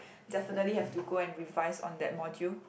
definitely have to go and revise on that module